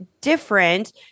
different